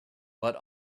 but